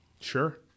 sure